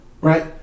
right